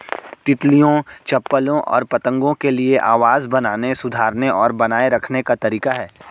तितलियों, चप्पलों और पतंगों के लिए आवास बनाने, सुधारने और बनाए रखने का तरीका है